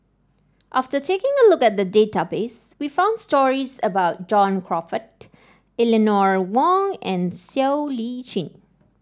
after taking a look at the database we found stories about John Crawfurd Eleanor Wong and Siow Lee Chin